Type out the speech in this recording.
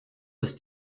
ist